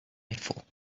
nightfall